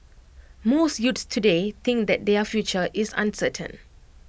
most youths today think that their future is uncertain